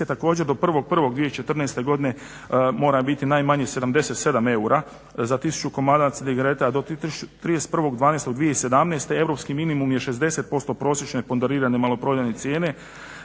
Također do 1.1.2014. godine mora biti najmanje 77 eura za 1000 komada cigareta do 31.12.2017. europski minimum je 60% prosječne pondorirane maloprodajne cijene